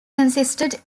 consisted